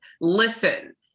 listen